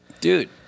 dude